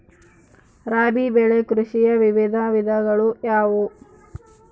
ರಾಬಿ ಬೆಳೆ ಕೃಷಿಯ ವಿವಿಧ ವಿಧಗಳು ಯಾವುವು?